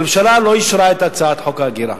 הממשלה לא אישרה את הצעת חוק ההגירה.